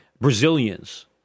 Brazilians